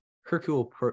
Hercule